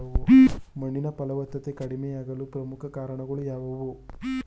ಮಣ್ಣಿನ ಫಲವತ್ತತೆ ಕಡಿಮೆಯಾಗಲು ಪ್ರಮುಖ ಕಾರಣಗಳು ಯಾವುವು?